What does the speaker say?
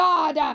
God